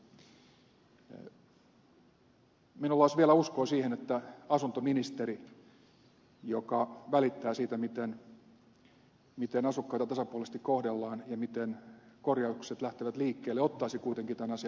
minulla olisi vielä uskoa siihen että asuntoministeri joka välittää siitä miten asukkaita tasapuolisesti kohdellaan ja miten korjaukset lähtevät liikkeelle ottaisi kuitenkin tämän asian omakseen